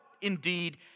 indeed